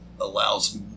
allows